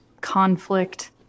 conflict